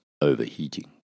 overheating